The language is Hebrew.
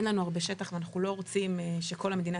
אין לנו הרבה שטח ואנחנו לא רוצים שכל המדינה